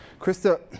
Krista